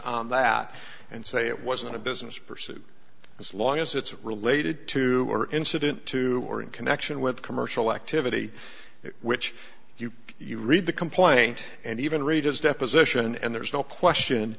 on that and say it wasn't a business pursuit as long as it's related to or incident to or in connection with commercial activity which you you read the complaint and even read his deposition and there's no question